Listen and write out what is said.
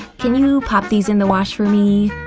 can you pop these in the wash for me?